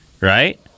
Right